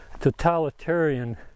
totalitarian